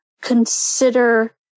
consider